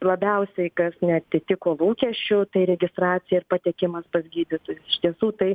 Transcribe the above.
labiausiai kas neatitiko lūkesčių tai registracija ir patekimas pas gydytojus iš tiesų tai